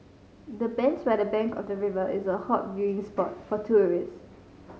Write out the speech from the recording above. the bench by the bank of the river is a hot viewing spot for tourists